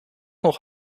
nog